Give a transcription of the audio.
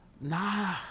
nah